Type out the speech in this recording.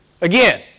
Again